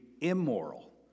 immoral